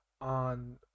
on